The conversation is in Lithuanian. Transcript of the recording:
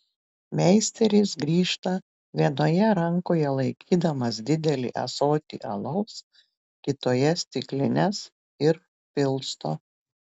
meisteris grįžta vienoje rankoje laikydamas didelį ąsotį alaus kitoje stiklines ir pilsto